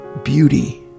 beauty